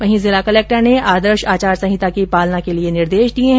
वहीं जिला कलक्टर ने आदर्श आचार संहिता की पालना के लिये निर्देश दिये हैं